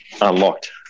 unlocked